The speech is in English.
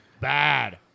bad